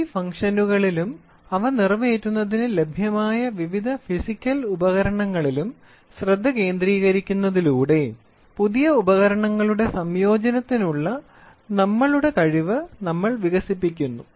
ഈ ഫംഗ്ഷനുകളിലും അവ നിറവേറ്റുന്നതിന് ലഭ്യമായ വിവിധ ഫിസിക്കൽ ഉപകരണങ്ങളിലും ശ്രദ്ധ കേന്ദ്രീകരിക്കുന്നതിലൂടെ പുതിയ ഉപകരണങ്ങളുടെ സംയോജനത്തിനുള്ള നമ്മളുടെ കഴിവ് നമ്മൾ വികസിപ്പിക്കുന്നു